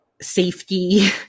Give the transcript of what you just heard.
safety